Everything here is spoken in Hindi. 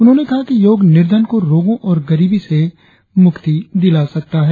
उन्होंने कहा कि योग निर्धन को रोगों और गरीबी से मुक्ति दिला सकता है